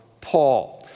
paul